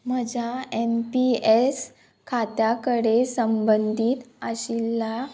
म्हज्या N P S खात्या कडेन संबंदीत आशिल्ल्या